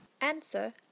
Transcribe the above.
Answer